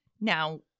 now